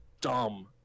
dumb